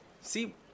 see